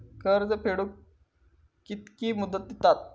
कर्ज फेडूक कित्की मुदत दितात?